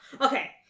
Okay